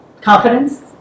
confidence